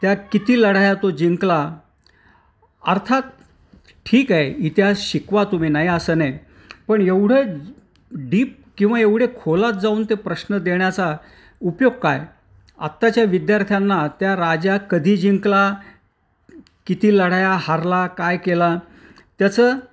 त्या किती लढाया तो जिंकला अर्थात ठीक आहे इतिहास शिकवा तुम्ही नाही असं नाही पण एवढं डीप किंवा एवढे खोलात जाऊन ते प्रश्न देण्याचा उपयोग काय आत्ताच्या विद्यार्थ्यांना त्या राजा कधी जिंकला किती लढाया हरला काय केला त्याचं